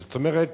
זאת אומרת